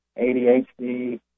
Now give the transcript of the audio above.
ADHD